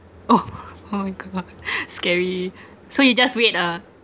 oh oh my god scary so you just wait ah